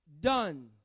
done